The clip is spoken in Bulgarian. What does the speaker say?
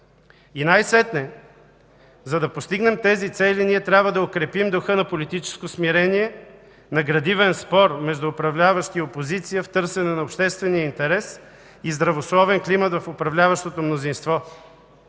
И най-сетне, за да постигнем тези цели, ние трябва да укрепим духа на политическо смирение, на градивен спор между управляващи и опозиция в търсене на обществения интерес и здравословен климат в управляващото мнозинство,